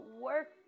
work